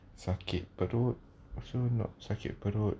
sakit perut also not sakit perut